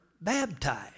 baptized